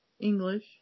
English